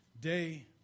day